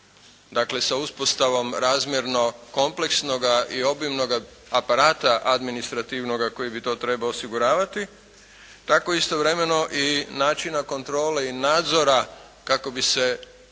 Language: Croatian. dakle sa uspostavom razmjerno kompleksnoga i obimnoga aparata administrativnoga koji bi to trebao osiguravati tako istovremeno i načina kontrole i nadzora kako bi se mogla i